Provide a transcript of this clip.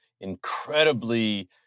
incredibly